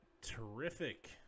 terrific